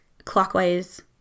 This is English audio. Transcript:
clockwise